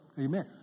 Amen